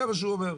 זה מה שהוא אומר.